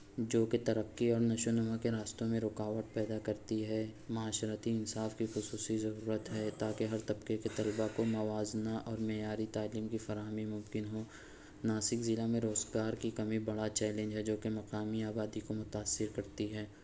جو کہ ترقی اور نشوونما کے راستوں میں رکاوٹ پیدا کرتی ہے معاشرتی انصاف کی خصوصی ضرورت ہے تاکہ ہر طبقے کے طلبا کو موازنہ اور معیاری تعلیم کی فراہمی ممکن ہو ناسک ضلع میں روزگار کی کمی بڑا چیلنج ہے جو کہ مقامی آبادی کو متاثر کرتی ہے